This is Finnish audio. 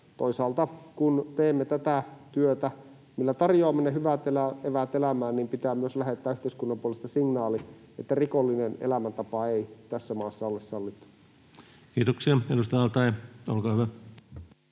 toisaalta, kun teemme tätä työtä, millä tarjoamme ne hyvät eväät elämään, niin pitää myös lähettää yhteiskunnan puolesta signaali, että rikollinen elämäntapa ei tässä maassa ole sallittu. [Speech 171] Speaker: